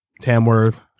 Tamworth